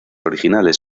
originales